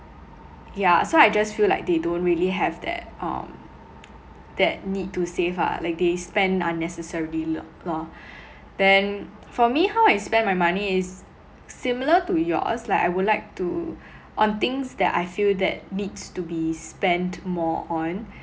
yeah so I just feel like they don't really have that um that need to save lah like they spend unnecessarily lor then for me how I spend my money is similar to yours like I would like to on things that I feel that needs to be spent more on